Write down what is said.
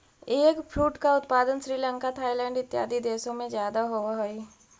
eggfruit का उत्पादन Sri Lanka Thailand इत्यादि देशों में ज्यादा होवअ हई